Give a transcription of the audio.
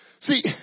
See